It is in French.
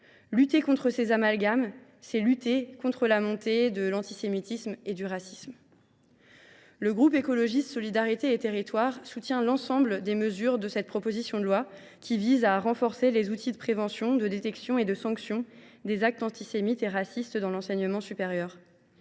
Lutter contre ces amalgames, c’est lutter contre la montée de l’antisémitisme et du racisme. Le groupe Écologiste – Solidarité et Territoires soutient l’ensemble des dispositions de cette proposition de loi qui visent à renforcer les outils de prévention, de détection et de sanction des actes antisémites et racistes dans l’enseignement supérieur.